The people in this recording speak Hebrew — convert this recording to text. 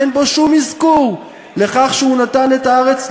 אין בו שום אזכור לכך שהוא נתן את הארץ למוסלמים,